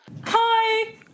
Hi